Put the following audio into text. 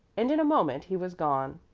and in a moment he was gone.